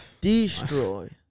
destroy